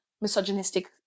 misogynistic